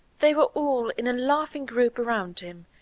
they were all in a laughing group around him,